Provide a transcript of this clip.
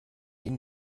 ihn